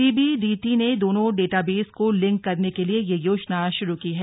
CBD T ने दोनों database को लिंक करने के लिए यह योजना शुरू की है